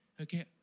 Okay